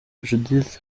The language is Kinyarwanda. judith